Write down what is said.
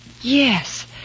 yes